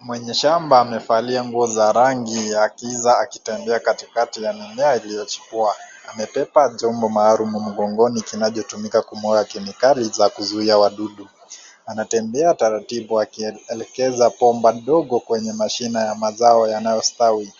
Mwenye shamba amevalia nguo za rangi ya giza akitembea katikati ya mimea iliyochimbua, amebeba chombo maalum mgongoni kinachotumika kumwaga kemikali za kuzuia wadudu. Anatembea taratibu akielekeza bomba ndogo kwenye mashine ya mazao yanayo stawi.